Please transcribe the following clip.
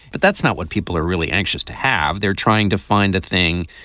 but that's not what people are really anxious to have. they're trying to find a thing,